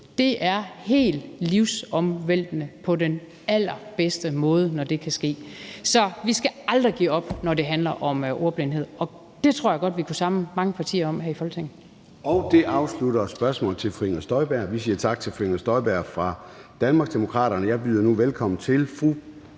Det er helt livsomvæltende på den allerbedste måde, når det kan ske. Så vi skal aldrig give op, når det handler om ordblindhed, og det tror jeg godt vi kunne samle mange partier om her i Folketinget.